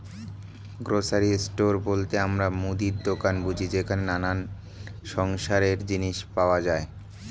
grocery store বলতে আমরা মুদির দোকান বুঝি যেখানে নানা সংসারের জিনিস পাওয়া যায়